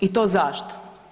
I to zašto?